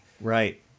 right